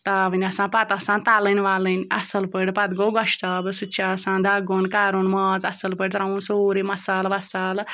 تاوٕنۍ آسان پَتہٕ آسان تَلٕنۍ وَلٕنۍ اَصٕل پٲٹھۍ پَتہٕ گوٚو گۄشتابہٕ سُہ تہِ آسان دَگُن کَرُن ماز اَصٕل پٲٹھۍ ترٛاوُن سورُے مَصالہٕ وَصالہٕ